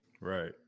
Right